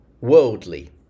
worldly